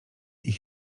ich